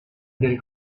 del